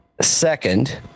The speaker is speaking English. second